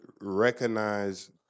recognize